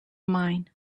mine